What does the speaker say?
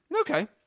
Okay